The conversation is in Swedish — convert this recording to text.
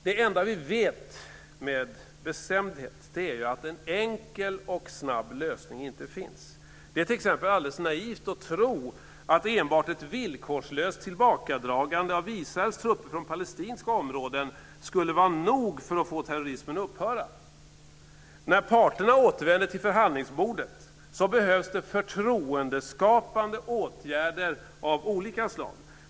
Det enda vi vet med bestämdhet är att en enkel och snabb lösning inte finns. Det är t.ex. naivt att tro att enbart ett villkorslöst tillbakadragande av Israels trupper från palestinska områden skulle vara nog för att få terrorismen att upphöra. När parterna återvänder till förhandlingsbordet behövs förtroendeskapande åtgärder av olika slag.